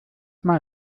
mal